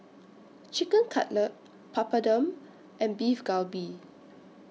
Chicken Cutlet Papadum and Beef Galbi